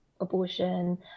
abortion